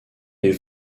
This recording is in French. les